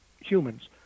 humans